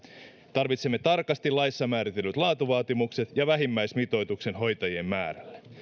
tarvitsemme tarkasti laissa määritellyt laatuvaatimukset ja vähimmäismitoituksen hoitajien määrälle